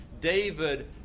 David